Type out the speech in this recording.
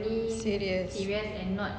serious